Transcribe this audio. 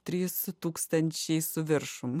trys tūkstančiai su viršum